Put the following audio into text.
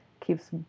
keeps